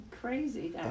Crazy